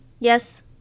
Yes